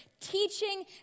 teaching